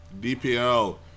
DPL